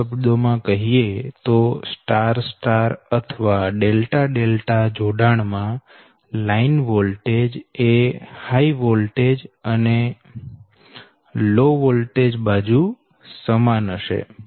સરળ શબ્દો માં કહીએ તો સ્ટાર સ્ટાર અથવા ડેલ્ટા ડેલ્ટા જોડાણ માં લાઈન વોલ્ટેજ એ હાય વોલ્ટેજ અને લો વોલ્ટેજ બાજુ સમાન હશે